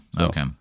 Okay